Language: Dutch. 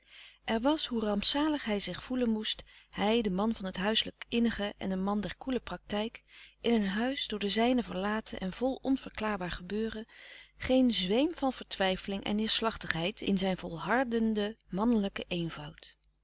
er was hoe rampzalig hij zich voelen moest hij de man van het huiselijk innige en de man der koele praktijk in een huis door de zijnen verlaten en vol onverklaarbaar gebeuren geen zweem van vertwijfling en neêrslachtigheid in zijn volhardenden mannelijken eenvoud